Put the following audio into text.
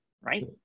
right